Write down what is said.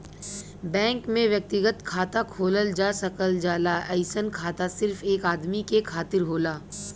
bank में व्यक्तिगत खाता खोलल जा सकल जाला अइसन खाता सिर्फ एक आदमी के खातिर होला